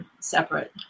separate